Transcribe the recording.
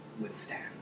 withstand